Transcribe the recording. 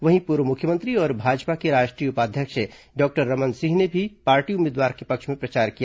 वहीं पूर्व मुख्यमंत्री और भाजपा के राष्ट्रीय उपाध्यक्ष डॉक्टर रमन सिंह ने भी पार्टी को भी उम्मीदवार के पक्ष में प्रचार किया